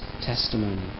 testimony